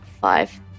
five